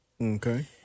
Okay